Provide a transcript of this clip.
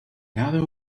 another